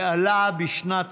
ועלה בשנת